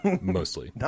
Mostly